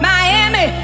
Miami